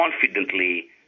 confidently